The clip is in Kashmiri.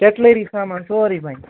کٮ۪ٹلٔری سامان سورُے بَنہِ